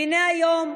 והינה היום,